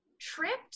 tripped